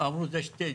אמרו שזה שתי דירות,